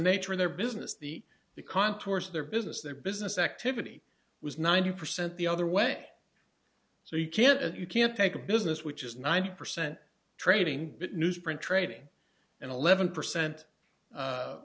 nature of their business the contours of their business their business activity was ninety percent the other way so you can't you can't take a business which is ninety percent trading newsprint trading and eleven percent